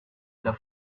the